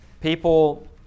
people